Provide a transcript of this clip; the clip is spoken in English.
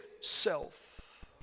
self